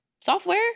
software